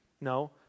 No